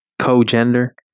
co-gender